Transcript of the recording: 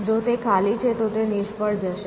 જો તે ખાલી છે તો તે નિષ્ફળ થશે